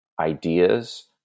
ideas